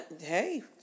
Hey